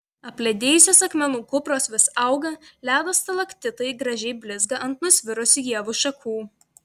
apledėjusios akmenų kupros vis auga ledo stalaktitai gražiai blizga ant nusvirusių ievų šakų